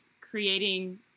creating